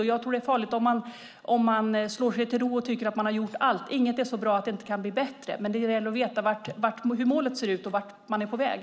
Jag tror att det är farligt om man slår sig till ro och tycker att man har gjort allt. Inget är så bra att det inte kan bli bättre, men det gäller att veta hur målet ser ut och vart man är på väg.